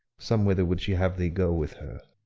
somewhither would she have thee go with her.